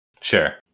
Sure